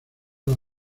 las